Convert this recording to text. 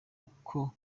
uko